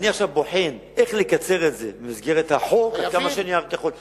אני עכשיו בוחן איך לקצר את זה במסגרת החוק עד כמה שאני רק יכול.